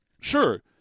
sure